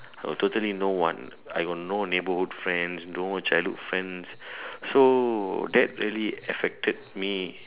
totally no one I got no neighborhood friends no childhood friends so that really affected me